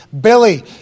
billy